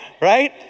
right